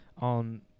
on